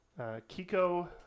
kiko